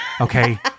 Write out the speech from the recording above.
Okay